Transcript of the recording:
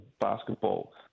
basketball